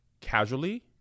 casually